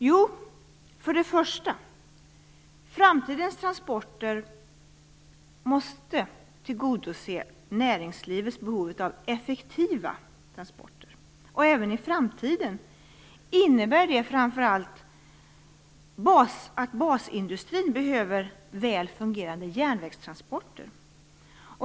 Jo, för det första måste framtidens transporter tillgodose näringslivets behov av effektiva transporter, och även i framtiden innebär det att basindustrin behöver väl fungerande järnvägstransporter.